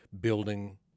building